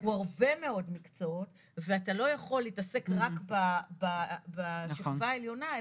הוא הרבה מאוד מקצועות ואתה לא יכול להתעסק רק בשכבה העליונה,